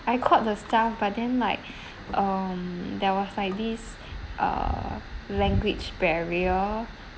I called the staff but then like um there was like this uh language barrier